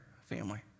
family